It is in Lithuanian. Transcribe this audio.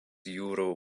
jūrų